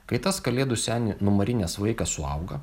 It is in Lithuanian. kai tas kalėdų senį numarinęs vaikas suauga